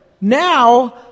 now